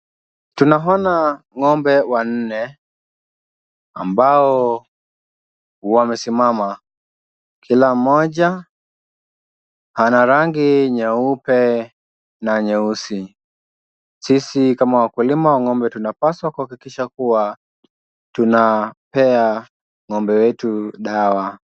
Tunaona ng'ombe wanne ambao wamesimama. Kila mmoja ana rangi nyeupe na nyeusi. Sisi kama wakulima wa ng'ombe tunapaswa kuhakikisha kuwa tunapea ng'ombe wetu dawa.